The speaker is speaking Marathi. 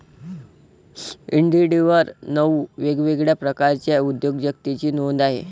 इंडिडवर नऊ वेगवेगळ्या प्रकारच्या उद्योजकतेची नोंद आहे